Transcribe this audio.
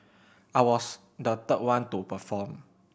I was the third one to perform